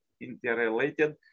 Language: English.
interrelated